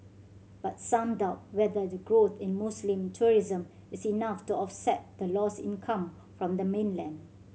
but some doubt whether the growth in Muslim tourism is enough to offset the lost income from the mainland